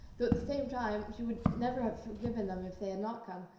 though at the same time she would never have forgiven them if they had not come!